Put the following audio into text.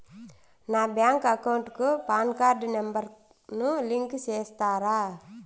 నా bank account కు PAN card number ను లింకు సేస్తారా?